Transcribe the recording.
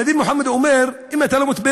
הנביא מוחמד אומר: אם אתה לא מתבייש,